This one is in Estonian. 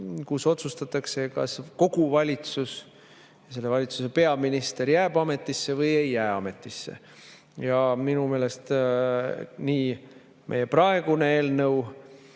kus otsustatakse, kas kogu valitsus ja selle valitsuse peaminister jääb ametisse või ei jää ametisse. Minu meelest nii meie praeguse eelnõu